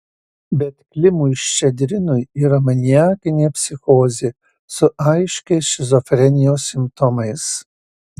bet klimui ščedrinui yra maniakinė psichozė su aiškiais šizofrenijos simptomais